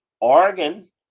Oregon